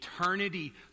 eternity